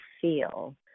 feel